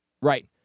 Right